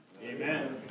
Amen